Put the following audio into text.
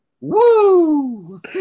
Woo